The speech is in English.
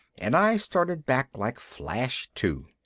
and i started back like flash two.